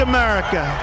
America